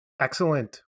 Excellent